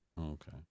Okay